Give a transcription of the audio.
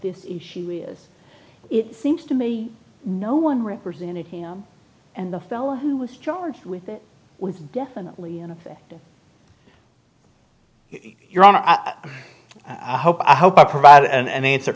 this issue is it seems to me no one represented him and the fellow who was charged with it was definitely an effective your honor i hope i hope i provide an answer